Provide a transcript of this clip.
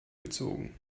gezogen